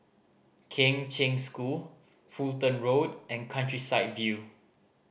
Kheng Cheng School Fulton Road and Countryside View